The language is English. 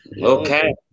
Okay